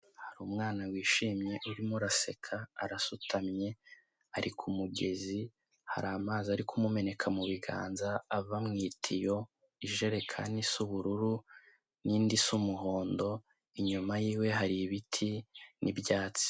Hari umwana wishimye urimo uraseka, arasutamye, ari ku mugezi hari amazi ari kumumeneka mu biganza ava mu itiyo, ijerekani zubururu, n'indi zumuhondo inyuma y'we hari ibiti n'ibyatsi.